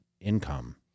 income